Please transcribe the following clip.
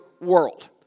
world